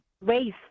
raise